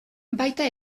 baita